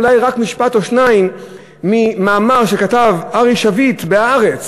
אולי רק משפט או שניים ממאמר שכתב ארי שביט ב"הארץ",